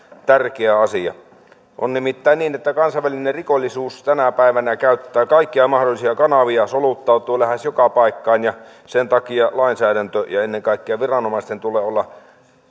tärkeä asia on nimittäin niin että kansainvälinen rikollisuus tänä päivänä käyttää kaikkia mahdollisia kanavia soluttautuu lähes joka paikkaan ja sen takia lainsäädännön ja ennen kaikkea viranomaisten tulee olla